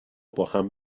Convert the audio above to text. باهم